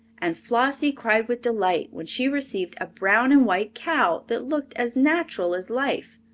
and flossie cried with delight when she received a brown-and-white cow that looked as natural as life.